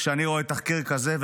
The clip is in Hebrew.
כשאני רואה תחקיר כזה,